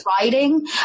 writing